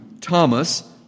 Thomas